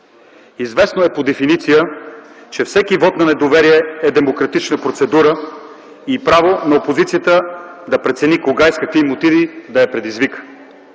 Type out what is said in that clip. Известно е по дефиниция, че всеки вот на недоверие е демократична процедура и право на опозицията да прецени кога и с какви мотиви да я предизвика.